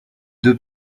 deux